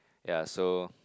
ya so